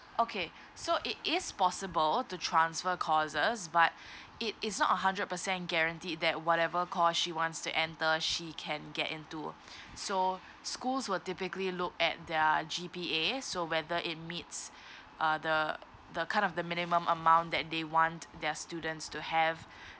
okay so it is possible to transfer courses but it is not a hundred percent guarantee that whatever course she wants to enter she can get into so schools will typically look at their G_P_A so whether it meets uh the the kind of the minimum amount that they want their students to have